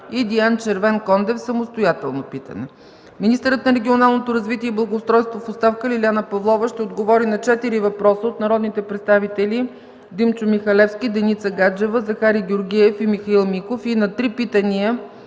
Диан Червенкондев. Министърът на регионалното развитие и благоустройството в оставка Лиляна Павлова ще отговори на четири въпроса от народните представители Димчо Михалевски, Деница Гаджева, Захари Георгиев, и Михаил Миков и на три питания